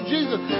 Jesus